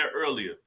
earlier